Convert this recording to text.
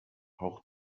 auch